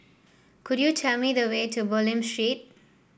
could you tell me the way to Bulim Street